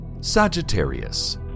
Sagittarius